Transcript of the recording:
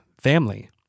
family